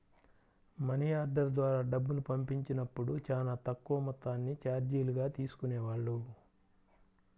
money order ద్వారా డబ్బులు పంపించినప్పుడు చానా తక్కువ మొత్తాన్ని చార్జీలుగా తీసుకునేవాళ్ళు